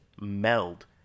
meld